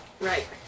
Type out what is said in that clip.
Right